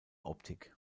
optik